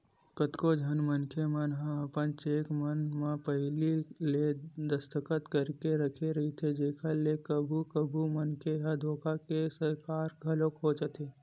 कतको झन मनखे मन ह अपन चेक मन म पहिली ले दस्खत करके राखे रहिथे जेखर ले कभू कभू मनखे ह धोखा के सिकार घलोक हो जाथे